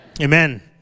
Amen